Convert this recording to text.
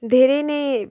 धेरै नै